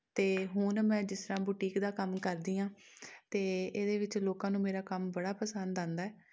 ਅਤੇ ਹੁਣ ਮੈਂ ਜਿਸ ਤਰ੍ਹਾਂ ਬੁਟੀਕ ਦਾ ਕੰਮ ਕਰਦੀ ਹਾਂ ਅਤੇ ਇਹਦੇ ਵਿੱਚ ਲੋਕਾਂ ਨੂੰ ਮੇਰਾ ਕੰਮ ਬੜਾ ਪਸੰਦ ਆਉਂਦਾ ਹੈ